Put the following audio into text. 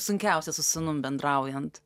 sunkiausia su sūnum bendraujant